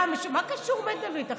מה קשור מנדלבליט עכשיו?